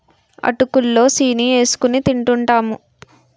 అటుకులు లో సీని ఏసుకొని తింటూంటాము